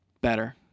Better